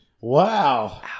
Wow